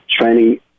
training